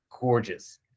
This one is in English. gorgeous